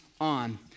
on